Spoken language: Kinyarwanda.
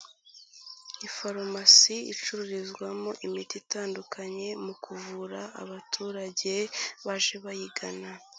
Farumasi icururizwamo imiti itandukanye mu kuvura abaturage baje bayigana.